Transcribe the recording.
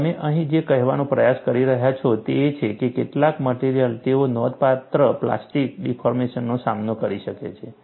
અને તમે અહીં જે કહેવાનો પ્રયાસ કરી રહ્યા છો તે એ છે કે કેટલાક મટેરીઅલ તેઓ નોંધપાત્ર પ્લાસ્ટિક ડિફોર્મેશનનો સામનો કરી શકે છે